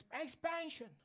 expansion